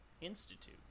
institute